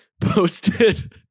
posted